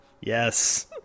Yes